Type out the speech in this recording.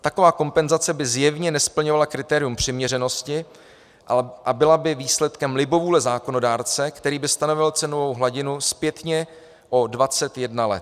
Taková kompenzace by zjevně nesplňovala kritérium přiměřenosti a byla by výsledkem libovůle zákonodárce, který by stanovil cenovou hladinu zpětně o 21 let.